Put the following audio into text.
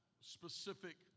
specific